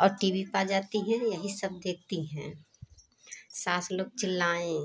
और T V के पास जाती हैं यहीं सब देखती हैं सास लोग चिल्लाएँ